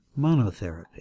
monotherapy